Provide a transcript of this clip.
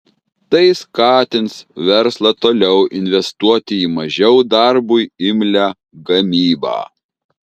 tai skatins verslą toliau investuoti į mažiau darbui imlią gamybą